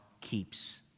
keeps